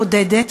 בודדת,